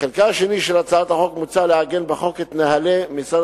בחלקה השני של הצעת החוק מוצע לעגן בחוק את נוהלי משרד